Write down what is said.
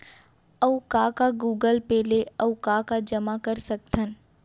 अऊ का का गूगल पे ले अऊ का का जामा कर सकथन?